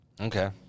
Okay